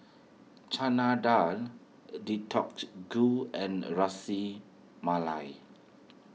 Chana Dal Gu and Ras Malai